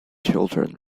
children